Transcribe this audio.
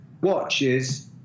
watches